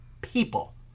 people